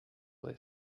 this